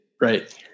right